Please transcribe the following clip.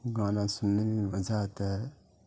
گانا سننے میں مزہ آتا ہے